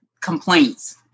complaints